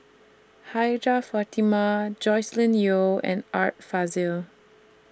Hajjah Fatimah Joscelin Yeo and Art Fazil